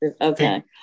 okay